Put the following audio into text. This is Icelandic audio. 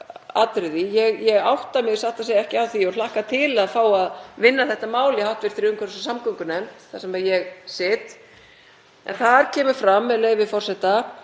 atriði. Ég átta mig satt að segja ekki á því og hlakka til að fá að vinna þetta mál í hv. umhverfis- og samgöngunefnd þar sem ég sit. Þar kemur fram, með leyfi forseta: